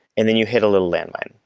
and then you hit a little landmine.